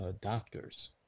doctors